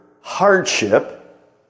hardship